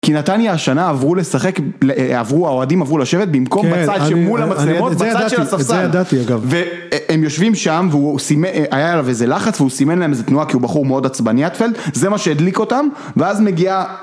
כי נתניה השנה עברו לשחק, עברו האוהדים עברו לשבת במקום בצד שמול המצלמות, בצד של הספסל. זה ידעתי, זה ידעתי אגב. והם יושבים שם והוא סימ.. היה עליו איזה לחץ והוא סימן להם איזה תנועה, כי הוא בחור מאוד עצבני עטפלד, זה מה שהדליק אותם, ואז מגיעה...